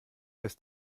ist